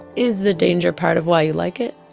is the danger part of why you like it?